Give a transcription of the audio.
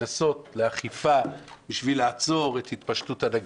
קנסות לאכיפה בשביל לעצור את התפשטות הנגיף.